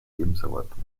lebenserwartung